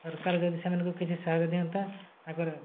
ସରକାର ଯଦି ସେମାନଙ୍କୁ କିଛି ସାହାଯ୍ୟ ଦିଅନ୍ତା ତାଙ୍କର